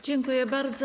Dziękuję bardzo.